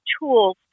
tools